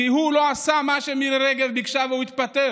הוא לא עשה מה שמירי רגב ביקשה והוא התפטר